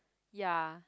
ya